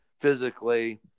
physically